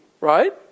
right